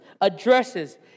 addresses